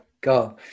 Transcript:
go